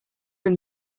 from